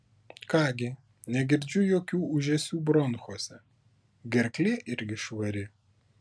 ką gi negirdžiu jokių ūžesių bronchuose gerklė irgi švari